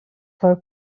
for